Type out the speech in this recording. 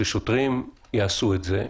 ששוטרים יעשו את זה,